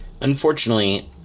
Unfortunately